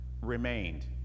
remained